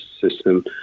System